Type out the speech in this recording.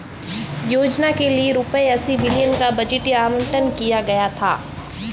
योजना के लिए रूपए अस्सी बिलियन का बजटीय आवंटन किया गया था